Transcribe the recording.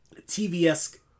tv-esque